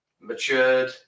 matured